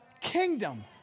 kingdom